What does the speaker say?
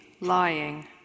lying